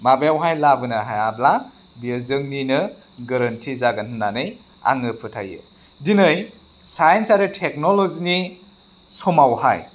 माबायावहाय लाबोनो हायाब्ला बियो जोंनिनो गोरोन्थि जागोन होननानै आङो फोथायो दिनै साइन्स आरो टेक्न'ल'जिनि समावहाय